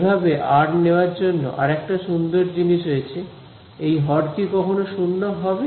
এভাবে আর নেওয়ার জন্য আর একটা সুন্দর জিনিস হয়েছে এই হর কি কখনো শূন্য হবে